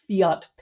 fiat